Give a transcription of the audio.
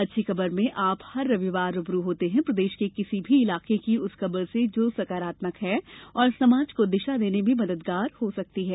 अच्छी खबरमें आप हर रविवार रूबरू होते हैं प्रदेश के किसी भी इलाके की उस खबर से जो सकारात्मक है और समाज को दिशा देने में मददगार हो सकती है